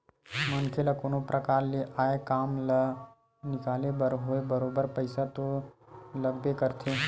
मनखे ल कोनो परकार ले आय काम ल निकाले बर होवय बरोबर पइसा तो लागबे करथे